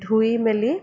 ধুই মেলি